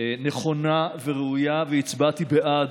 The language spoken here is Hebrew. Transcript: נכונה וראויה, והצבעתי בעד.